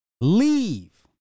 Leave